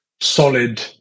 solid